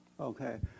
okay